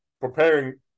preparing